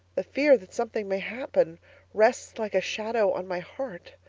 the fear that something may happen rests like a shadow on my heart.